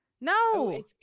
no